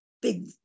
big